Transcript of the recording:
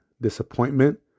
disappointment